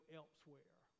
elsewhere